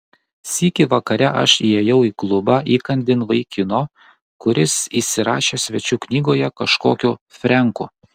sykį vakare aš įėjau į klubą įkandin vaikino kuris įsirašė svečių knygoje kažkokiu frenku